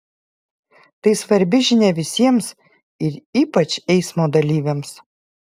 tai svarbi žinia visiems ir ypač eismo dalyviams